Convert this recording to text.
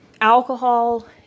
alcohol